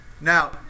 Now